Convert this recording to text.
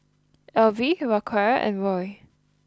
Elvie Racquel and Roy